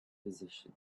position